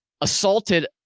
assaulted